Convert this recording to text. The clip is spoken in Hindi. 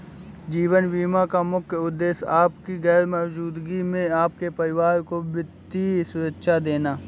जीवन बीमा का मुख्य उद्देश्य आपकी गैर मौजूदगी में आपके परिवार को वित्तीय सुरक्षा देना